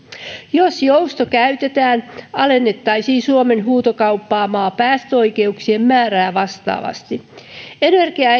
jos joustoa käytetään alennettaisiin suomen huutokauppaamaa päästöoikeuksien määrää vastaavasti energia ja